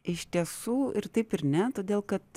iš tiesų ir taip ir ne todėl kad